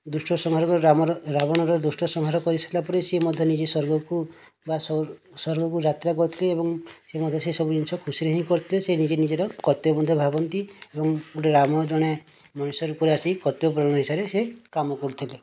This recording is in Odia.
ଦୁଷ୍ଟର ସଂହାର ପରେ ରାମର ରାବଣର ଦୁଷ୍ଟ ସଂହାର କରିସାରିଲା ପରେ ସିଏ ମଧ୍ୟ ନିଜେ ସ୍ୱର୍ଗକୁ ବା ସ୍ୱର୍ଗକୁ ଯାତ୍ରା କରିଥିଲେ ଏବଂ ସେ ମଧ୍ୟ ସେ ସବୁ ଜିନିଷ ଖୁସିରେ ହିଁ କରିଥିଲେ ସେ ନିଜେ ନିଜର କର୍ତ୍ତବ୍ୟ ମଧ୍ୟ ଭାବନ୍ତି ଏବଂ ଗୋଟିଏ ରାମ ଜଣେ ମଣିଷ ରୂପରେ ଆସି କର୍ତ୍ତବ୍ୟ ଅନୁସାରେ ସେ କାମ କରୁଥିଲେ